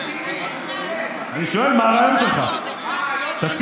לא, אני שואל מה הרעיון שלך.